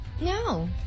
No